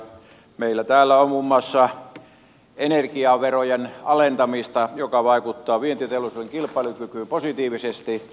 meillä täällä on muun muassa energiaverojen alentamista joka vaikuttaa vientiteollisuuden kilpailukykyyn positiivisesti